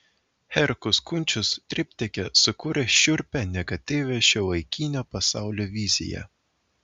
herkus kunčius triptike sukuria šiurpią negatyvią šiuolaikinio pasaulio viziją